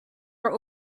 are